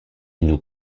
nous